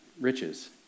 riches